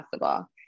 possible